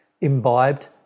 imbibed